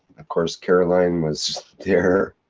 of course caroline was. there,